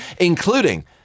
including